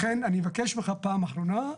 לכן אני מבקש ממך פעם אחרונה,